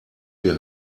wir